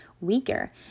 weaker